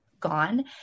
Gone